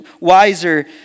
wiser